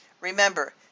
Remember